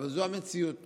אבל זו המציאות,